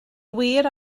wir